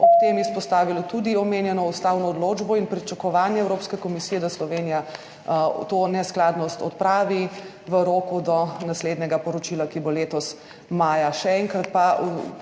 ob tem je izpostavilo tudi omenjeno ustavno odločbo in pričakovanje Evropske komisije, da Slovenija to neskladnost odpravi v roku do naslednjega poročila, ki bo letos maja.